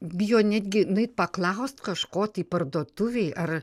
bijo netgi nueit paklaust kažko tai parduotuvėj ar